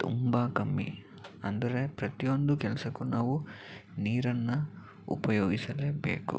ತುಂಬ ಕಮ್ಮಿ ಅಂದರೆ ಪ್ರತಿಯೊಂದು ಕೆಲಸಕ್ಕೂ ನಾವು ನೀರನ್ನ ಉಪಯೋಗಿಸಲೇ ಬೇಕು